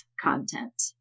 content